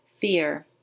Fear